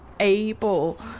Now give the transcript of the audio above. able